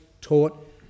taught